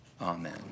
Amen